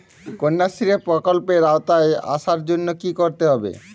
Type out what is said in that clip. কন্যাশ্রী প্রকল্পের আওতায় আসার জন্য কী করতে হবে?